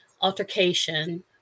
altercation